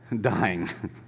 dying